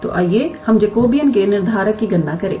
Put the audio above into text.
तो आइए हम जैकोबिन के निर्धारक की गणना करें